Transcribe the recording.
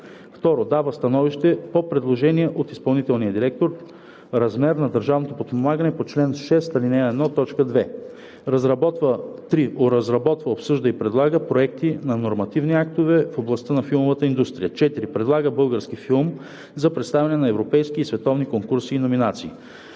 2. дава становище по предложения от изпълнителния директор размер на държавното подпомагане по чл. 6, ал. 1, т. 2; 3. разработва, обсъжда и предлага проекти на нормативни актове в областта на филмовата индустрия; 4. предлага български филм за представяне на европейски и световни конкурси и номинации.“